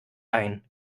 ein